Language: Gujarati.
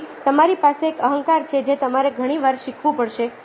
તેથી તમારી પાસે એક અહંકાર છે જે તમારે ઘણી વાર શીખવું પડશે